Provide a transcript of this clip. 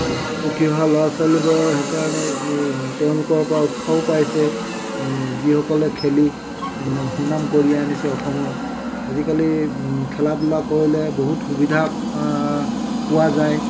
উঠি অহা ল'ৰা ছোৱালীবোৰৰ সেইকাৰণে এই তেওঁলোকৰপৰা উৎসাহো পাইছে যিসকলে খেলি সুনাম কঢ়িয়াই আনিছে অসমৰ আজিকালি খেলা ধূলা কৰিলে বহুত সুবিধা পোৱা যায়